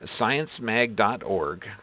sciencemag.org